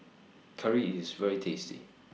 Curry IS very tasty